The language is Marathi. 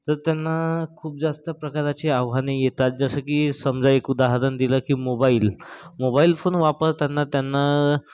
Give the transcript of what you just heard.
तर त्यांना खूप जास्त प्रकाराची आव्हाने येतात जसं की समजा एक उदाहरण दिलं की मोबाइल मोबाईल फोन वापरताना त्यांना